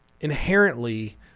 inherently